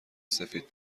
سفید